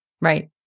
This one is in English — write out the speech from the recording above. right